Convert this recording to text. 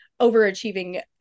overachieving